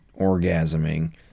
orgasming